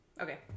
Okay